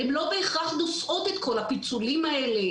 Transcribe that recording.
הם לא בהכרח נושאות את כל הפיצולים האלה,